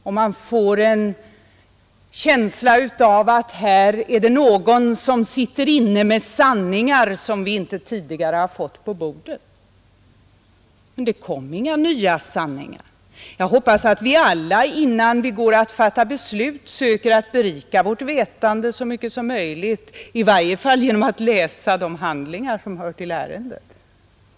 Jag fick då först en känsla av att någon här sitter inne med sanningar som vi inte tidigare har fått ta del av. Men det kom inga nya sanningar. Jag hoppas att vi alla innan vi går att fatta beslut söker att berika vårt vetande så mycket som möjligt, i varje fall genom att läsa de handlingar som hör till ärendet.